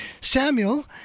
Samuel